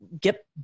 get